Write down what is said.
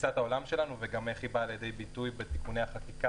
תפיסת העולם שלנו וגם איך היא באה לידי ביטוי בתיקוני החקיקה